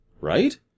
right